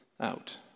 out